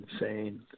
insane